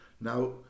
Now